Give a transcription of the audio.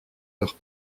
leur